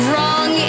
Wrong